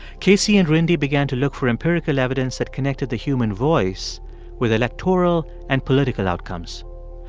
casey and rindy began to look for empirical evidence that connected the human voice with electoral and political outcomes.